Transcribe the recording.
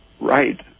right